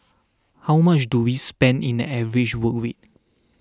how much do we spend in an average work week